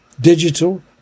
Digital